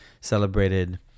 celebrated